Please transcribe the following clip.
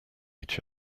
each